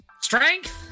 Strength